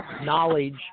knowledge